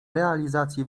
realizacji